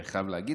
אני חייב להגיד,